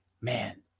Man